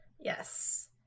Yes